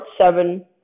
seven